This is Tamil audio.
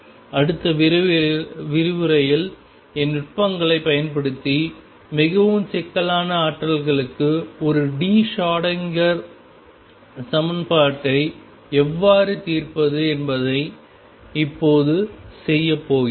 அடுத்த விரிவுரையில் எண் நுட்பங்களைப் பயன்படுத்தி மிகவும் சிக்கலான ஆற்றல்களுக்கு ஒரு d ஷ்ரோடிங்கர் சமன்பாட்டை எவ்வாறு தீர்ப்பது என்பதை இப்போது செய்யப்போகிறோம்